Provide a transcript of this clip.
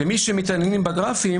למי שמתעניינים בגרפים